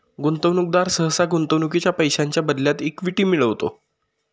गुंतवणूकदार सहसा गुंतवणुकीच्या पैशांच्या बदल्यात इक्विटी मिळवतो